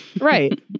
Right